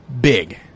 big